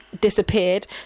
disappeared